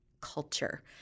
culture